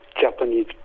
Japanese